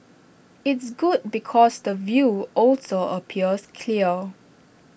it's good because the view also appears clear